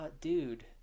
dude